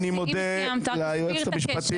עכשיו כשסיימת, תסביר את הקשר.